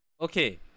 Okay